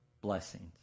blessings